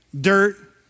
dirt